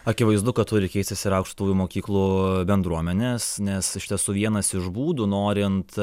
akivaizdu kad turi keistis ir aukštųjų mokyklų bendruomenės nes iš tiesų vienas iš būdų norint